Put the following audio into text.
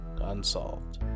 Unsolved